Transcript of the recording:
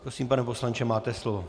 Prosím, pane poslanče, máte slovo.